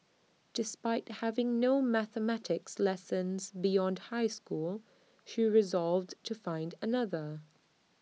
despite having no mathematics lessons beyond high school she resolved to find another